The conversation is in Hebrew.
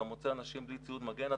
אתה מוצא אנשים בלי ציוד מגן,